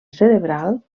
cerebral